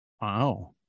Wow